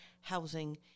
housing